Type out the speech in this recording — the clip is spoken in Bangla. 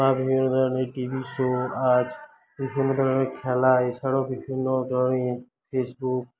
বা বিভিন্ন ধরনের টিভি শো আজ বিভিন্ন ধরণের খেলা এছাড়াও বিভিন্ন ধরণের ফেসবুক